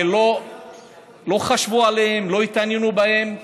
ולא חשבו עליהם ולא התעניינו בהם.